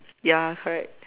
ya correct